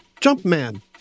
Jumpman